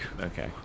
Okay